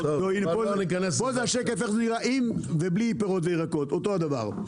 זה השקף איך זה נראה עם ובלי פירות וירקות אותו הדבר.